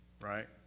right